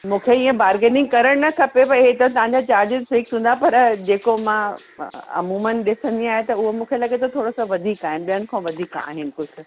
मूंखे इअं बार्गेनिंग करणु न खपे भई इहे त तव्हांजा चार्जिस फ़िक्स हूंदा पर जेको मां अमूमन ॾिसंदी आहियां त उहो मूंखे लॻे थो थोरोसो वधीक आहिनि ॿियनि खां वधीक आहिनि कुझु